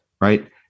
right